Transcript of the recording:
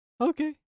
Okay